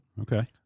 Okay